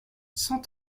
cent